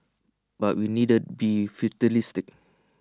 but we needn't be fatalistic